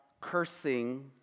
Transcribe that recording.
cursing